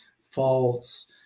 faults